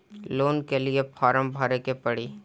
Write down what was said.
Loan के लिए form भरे के पड़ी?